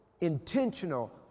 intentional